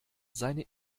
seine